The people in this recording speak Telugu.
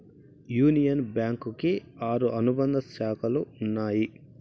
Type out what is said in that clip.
యూనియన్ బ్యాంకు కి ఆరు అనుబంధ శాఖలు ఉన్నాయి